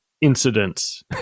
incidents